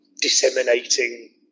disseminating